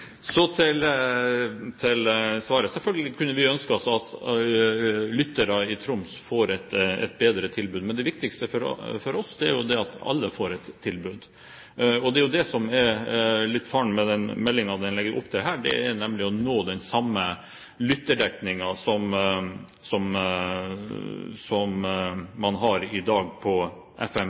Så til svaret: Selvfølgelig kunne vi ønsket at lytterne i Troms får et bedre tilbud, men det viktigste for oss er at alle får et tilbud. Det er jo det som er faren med det som denne meldingen legger opp til, nemlig det å nå den samme lytterdekningen som man har i dag på